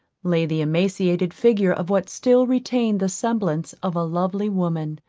lay the emaciated figure of what still retained the semblance of a lovely woman,